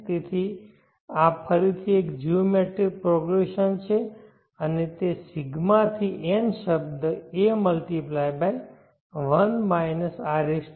તેથી આ ફરીથી એક જીઓમેટ્રિક પ્રોગ્રેસન છે અને તે Σ થી n શબ્દ a×r